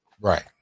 Right